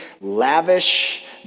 lavish